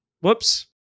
whoops